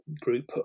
group